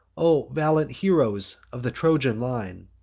o valiant heroes of the trojan line!